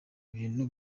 ibintu